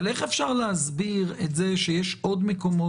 אבל איך אפשר להסביר את זה שיש עוד מקומות